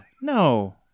No